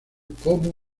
como